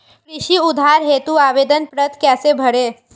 कृषि उधार हेतु आवेदन पत्र कैसे भरें?